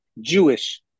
Jewish